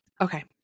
okay